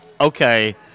Okay